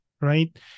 right